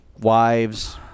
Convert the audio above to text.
wives